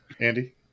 Andy